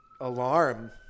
alarm